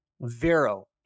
Vero